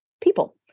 people